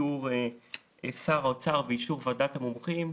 אישור שר האוצר ואישור ועדת המומחים,